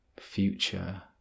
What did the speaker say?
future